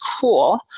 cool